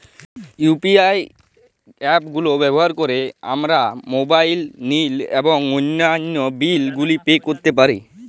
UPI app গুলো ব্যবহার করে আমরা মোবাইল নিল এবং অন্যান্য বিল গুলি পে করতে পারি